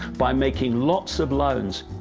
by making lots of loans.